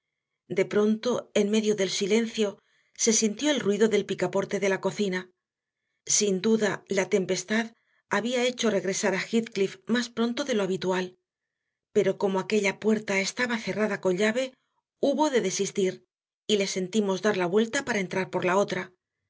de pronto en medio del silencio se sintió el ruido del picaporte de la cocina sin duda la tempestad había hecho regresar a heathcliff más pronto de lo habitual pero como aquella puerta estaba cerrada con llave hubo de desistir y le sentimos dar la vuelta para entrar por la otra